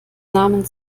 namen